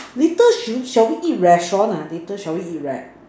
little should should we eat restaurant and later should we eat where